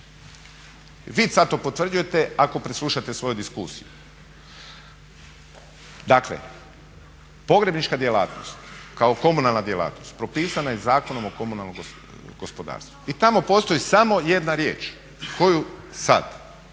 vi sad to potvrđujete ako preslušate svoju diskusiju, dakle pogrebnička djelatnost kao komunalna djelatnost propisana je Zakonom o komunalnom gospodarstvu i tamo postoji samo jedna riječ koju sad oni